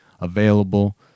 available